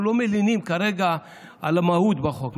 אנחנו לא מלינים כרגע על המהות בחוק,